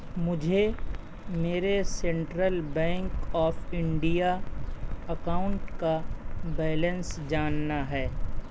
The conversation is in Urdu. مجھے میرے central bank of India account کا بیلنس جاننا ہے